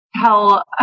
tell